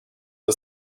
are